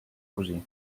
così